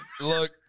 Look